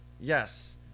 Yes